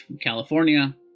california